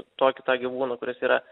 tokį tą gyvūną kuris yra